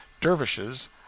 dervishes